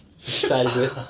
decided